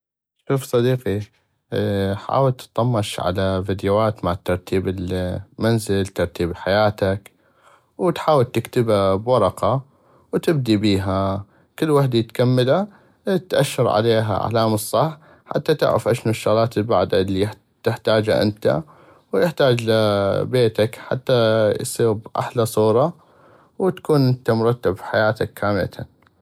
شوف صديقي حاول تطمش على فديوات مال ترتيب المنزل ترتيب حياتك وتحاول تكتبا بورقة وتبدي بيها كل وحدي تكملى تاشر عليها علامة صح حتى تعغف اشنو الشغلات البعدة الي تحتاجا انت ويحتاجلىبيتك حتى اصيغ باحلى صورة وتكون انت مرتب بحياتك كاملتن.